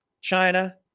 China